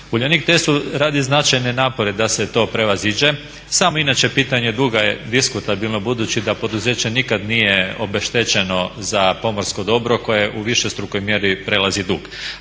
Uljanik TESU radi značajne napore da se to prevaziđe, samo inače pitanje duga je diskutabilno budući da poduzeće nikada nije obeštećeno za pomorsko dobro koje u višestrukoj mjeri prelazi dug.